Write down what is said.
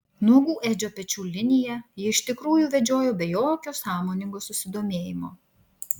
nuogų edžio pečių liniją ji iš tikrųjų vedžiojo be jokio sąmoningo susidomėjimo